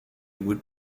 would